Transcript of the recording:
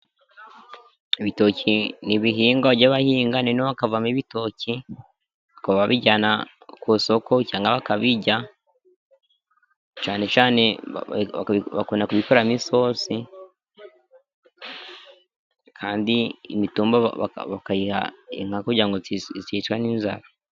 Ibitoki ni ibihingwa bajya bahinga, noneho hakavamo ibitoki bikaba babijyana ku isoko, cyane cyane bakunda kubikoramo isosi aho kugira ngo bicwe n'inzara.